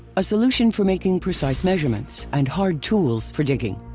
a solution for making precise measurements and hard tools for digging.